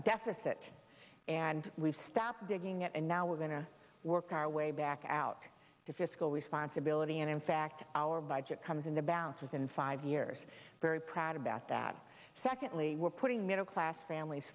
deficit and we've stopped digging and now we're going to work our way back out to fiscal responsibility and in fact our budget comes in the balance within five years very proud about that secondly we're putting middle class families